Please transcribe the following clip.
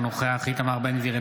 אינו נוכח איתמר בן גביר,